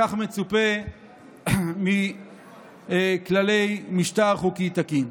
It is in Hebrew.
כך מצופה מכללי משטר חוקי תקין.